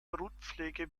brutpflege